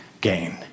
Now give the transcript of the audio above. gain